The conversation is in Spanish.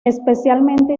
especialmente